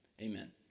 Amen